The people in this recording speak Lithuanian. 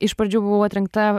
iš pradžių buvau atrinkta